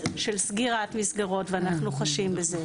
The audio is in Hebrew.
של סגירת מסגרות ואנחנו חשים בזה,